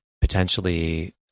potentially